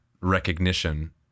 recognition